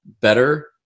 better